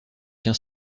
qu’un